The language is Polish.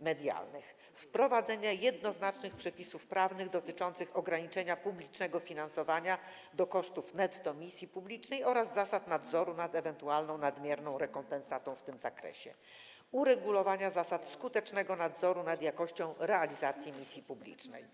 medialnych, wprowadzenia jednoznacznych przepisów prawnych dotyczących ograniczenia publicznego finansowania do kosztów netto misji publicznej oraz zasad nadzoru nad ewentualną nadmierną rekompensatą w tym zakresie, uregulowania zasad skutecznego nadzoru nad jakością realizacji misji publicznej.